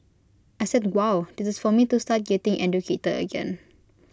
I said wow this is for me to start getting educated again